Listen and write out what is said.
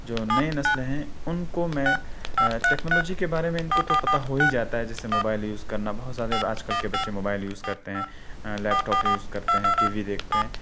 جو نئے نسل ہیں اُن کو میں ٹیکنالوجی کے بارے میں اِن کو تو پتہ ہو ہی جاتا ہے جیسے موبائل یوز کرنا بہت زیادہ آج کل کے بچے موبائل یوز کرتے ہیں لیپ ٹاپ یوز کرتے ہیں ٹی وی دیکھتے ہیں